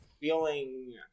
feeling